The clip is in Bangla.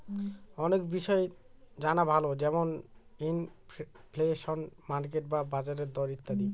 অনেক বিষয় জানা ভালো যেমন ইনফ্লেশন, মার্কেট বা বাজারের দর ইত্যাদি